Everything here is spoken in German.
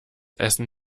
essen